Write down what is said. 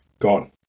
Gone